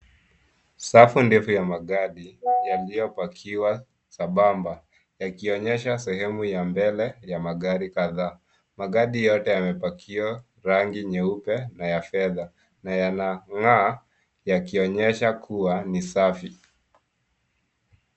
Safu ndefu ya magari yaliyopakiwa sambamba yakionyesha sehemu ya mbele ya magari kadhaa. Magari yote yamepakwa rangi nyeupe na ya fedha na yanang'aa yakionyesha kuwa ni safi.